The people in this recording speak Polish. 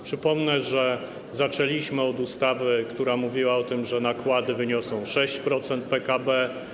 Przypomnę, że zaczęliśmy od ustawy, która mówiła o tym, że nakłady wyniosą 6% PKB.